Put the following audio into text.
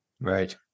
Right